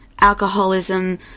alcoholism